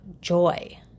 joy